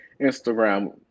Instagram